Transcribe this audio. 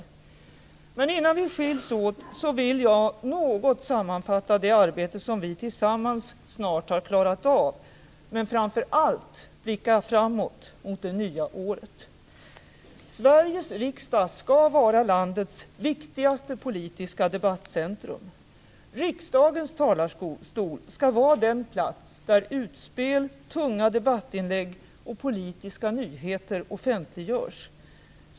Innan vi skiljs åt vill jag något sammanfatta det arbete som vi tillsammans snart har klarat av men framför allt blicka framåt mot det nya året. Sveriges riksdag skall vara landets viktigaste politiska debattcentrum. Riksdagens talarstol skall vara den plats där utspel, tunga debattinlägg och politiska nyheter offentliggörs.